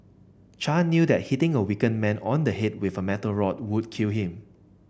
Chan knew that hitting a weakened man on the head with a metal rod would kill him